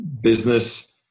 business